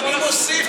אני מוסיף,